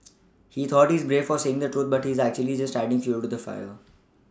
he thought he's brave for saying the truth but he's actually just adding fuel to the fire